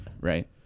Right